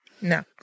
No